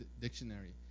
dictionary